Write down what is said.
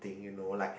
thing you know like